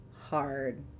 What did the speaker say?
hard